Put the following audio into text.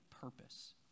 purpose